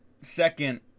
second